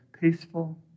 peaceful